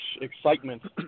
excitement